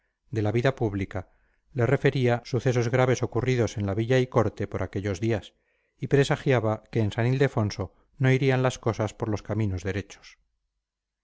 de la vida pública le refería sucesos graves ocurridos en la villa y corte por aquellos días y presagiaba que en san ildefonso no irían las cosas por los caminos derechos